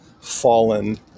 fallen